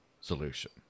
solution